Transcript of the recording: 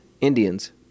Indians